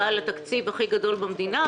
ועל התקציב הכי גדול במדינה,